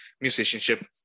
musicianship